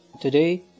Today